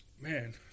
man